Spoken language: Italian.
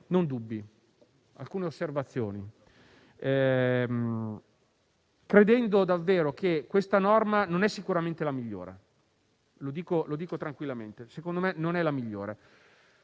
non dubbi ma alcune osservazioni. Credo che questa norma non sia sicuramente la migliore; lo dico tranquillamente: secondo me non è la migliore.